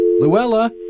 Luella